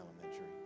elementary